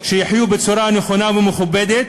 שיחיו בצורה נכונה ומכובדת.